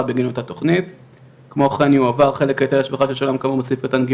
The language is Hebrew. כמשמעותה בסעיף 12ו לחוק התכנון והבנייה (בסעיף זה,